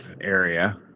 area